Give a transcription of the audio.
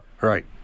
Right